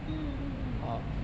mm mm mm